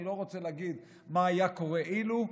אני לא רוצה להגיד מה היה קורה אילו,